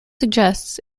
suggests